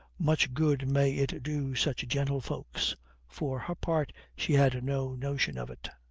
much good may it do such gentlefolks for her part she had no notion of it.